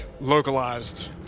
localized